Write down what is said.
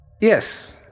Yes